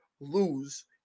lose